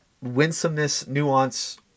winsomeness-nuance